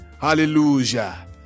Hallelujah